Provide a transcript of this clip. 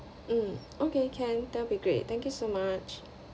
mm okay can then will be great thank you so much